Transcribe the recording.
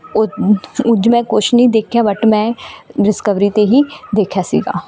ਉਹ ਉਂਝ ਮੈਂ ਕੁਛ ਨਹੀਂ ਦੇਖਿਆ ਬੱਟ ਮੈਂ ਡਿਸਕਵਰੀ 'ਤੇ ਹੀ ਦੇਖਿਆ ਸੀਗਾ